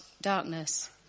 darkness